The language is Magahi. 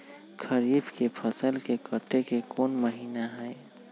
खरीफ के फसल के कटे के कोंन महिना हई?